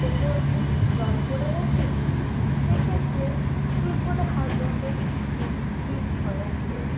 কোথাও একটু জল পড়ে গেছে সে ক্ষেত্রে সুইচ বোর্ডে হাত দেওয়া তো খুবই ভয়ঙ্কর